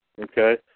Okay